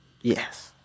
Yes